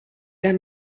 der